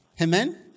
Amen